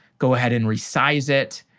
go ahead and resize it.